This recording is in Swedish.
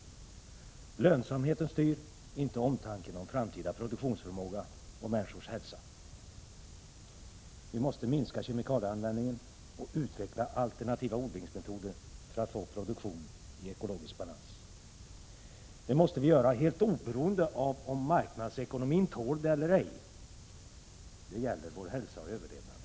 Lönsamheten styr, inte omtanken om framtida produktionsförmåga och människors hälsa. Vi måste minska kemikalieanvändningen och utveckla alternativa odlingsmetoder för att få en produktion i ekologisk balans. Det måste vi göra helt oberoende av om marknadsekonomin tål det eller ej. Det gäller vår hälsa och överlevnad.